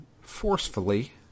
forcefully